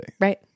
Right